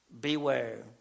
Beware